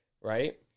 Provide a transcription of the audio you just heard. right